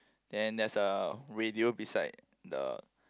then there's a radio beside the